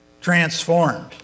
transformed